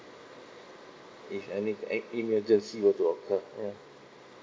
if any em~ emergency were to occur ya